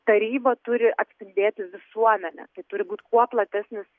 taryba turi atspindėti visuomenę turi būt kuo platesnis